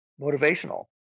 motivational